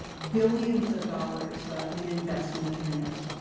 billions of dollars in investment in it.